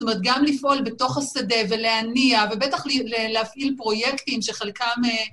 זאת אומרת, גם לפעול בתוך השדה ולהניע, ובטח להפעיל פרויקטים שחלקם...